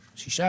6%,